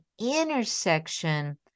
intersection